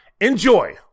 enjoy